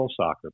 soccer